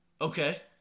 Okay